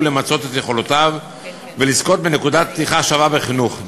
למצות את יכולותיו ולזכות בנקודת פתיחה שווה בחינוך.